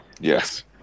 Yes